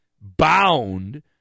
bound